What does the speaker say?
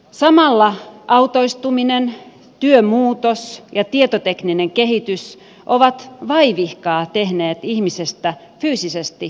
samalla autoistuminen työn muutos ja tietotekninen kehitys ovat vaivihkaa tehneet ihmisestä fyysisesti passiivisen